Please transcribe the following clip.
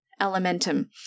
Elementum